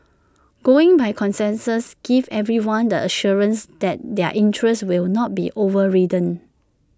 going by consensus gives everyone the assurance that their interests will not be overridden